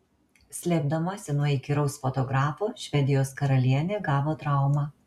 slėpdamasi nuo įkyraus fotografo švedijos karalienė gavo traumą